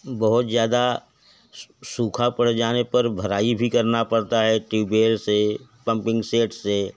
बहुत ज़्यादा सूखा पर जाने पर भराई भी करना पड़ता है ट्यूबेल से पमपिंग सेट से